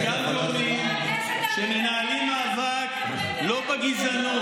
אתן תכף עולות לנאום.